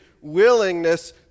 willingness